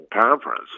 conference